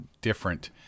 different